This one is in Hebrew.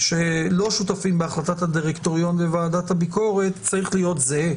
שלא שותפים בהחלטת הדירקטוריון וועדת הביקורת צריך להיות זהה